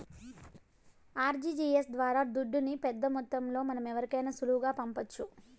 RTGS ద్వారా దుడ్డుని పెద్దమొత్తంలో మనం ఎవరికైనా సులువుగా పంపొచ్చు